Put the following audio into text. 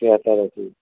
theatre আছে